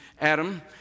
Adam